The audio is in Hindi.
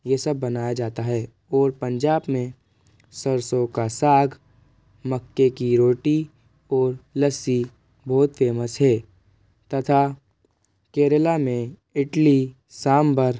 ये सब बनाया जाता है और पंजाब में सरसों का साग मक्के की रोटी और लस्सी बहुत फेमस है तथा केरल में इटली सांभर